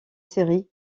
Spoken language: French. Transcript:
série